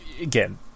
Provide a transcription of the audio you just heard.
again